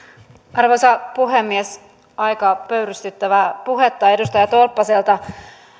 arvoisa puhemies aika pöyristyttävää puhetta edustaja tolppaselta